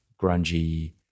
grungy